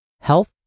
health